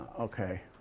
okay.